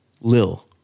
lil